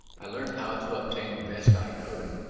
i learnt how to obtain the best i could,